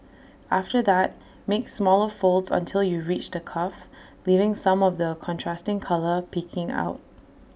after that make smaller folds until you reach the cuff leaving some of the contrasting colour peeking out